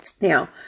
Now